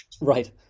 Right